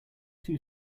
two